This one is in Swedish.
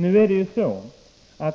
Nu är